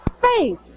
faith